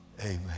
Amen